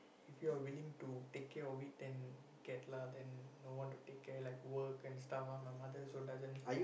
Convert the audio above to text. if you are willing to take care of it then get lah then no one to take care like work and stuff ah my mother also doesn't